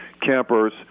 campers